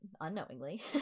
Unknowingly